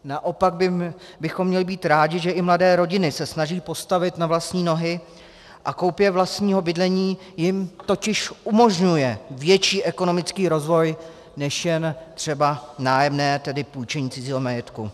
Naopak bychom měli být rádi, že i mladé rodiny se snaží postavit na vlastní nohy, a koupě vlastního bydlení jim totiž umožňuje větší ekonomický rozvoj než jen třeba nájemní, tedy půjčení cizího majetku.